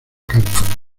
california